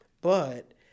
but-